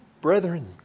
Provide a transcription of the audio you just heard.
Brethren